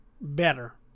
better